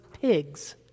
pigs